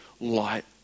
light